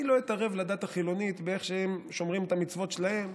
אני לא אתערב לדת החילונית באיך שהם שומרים את המצוות שלהם,